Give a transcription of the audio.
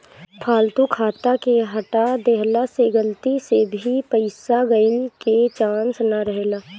फालतू खाता के हटा देहला से गलती से भी पईसा गईला के चांस ना रहेला